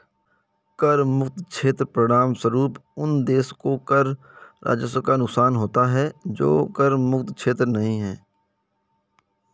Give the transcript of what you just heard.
कर मुक्त क्षेत्र के परिणामस्वरूप उन देशों को कर राजस्व का नुकसान होता है जो कर मुक्त क्षेत्र नहीं हैं